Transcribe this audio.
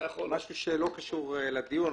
משהו שלא קשור לדיון.